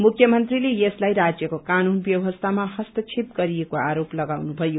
मुख्य मंत्रीले यसलाई राज्यको कानून व्यवस्थामा हस्तक्षेप गरिएको आरोप लागाउनुभयो